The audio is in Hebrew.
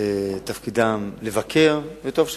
תפקידם לבקר, וטוב שכך.